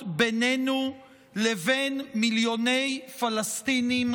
לשלום בינינו לבין מיליוני פלסטינים.